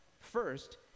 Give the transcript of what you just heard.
First